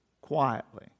quietly